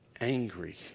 angry